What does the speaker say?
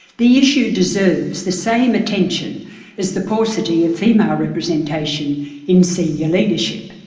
the issue deserves the same attention as the paucity of female representation in senior leadership.